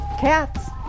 Cats